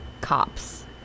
cops